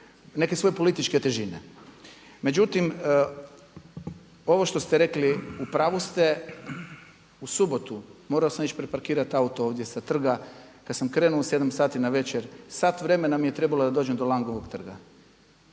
neke svoje političke težine. Međutim, ovo što ste rekli u pravu ste. U subotu morao sam ići preparkirati auto ovdje sa trga kad sam krenuo u sedam sati navečer, sat vremena mi je trebalo da dođem do Langovog trga.